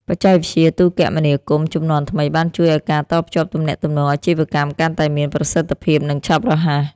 បច្ចេកវិទ្យាទូរគមនាគមន៍ជំនាន់ថ្មីបានជួយឱ្យការតភ្ជាប់ទំនាក់ទំនងអាជីវកម្មកាន់តែមានប្រសិទ្ធភាព និងឆាប់រហ័ស។